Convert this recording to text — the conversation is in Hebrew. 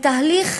בתהליך